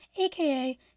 aka